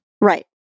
Right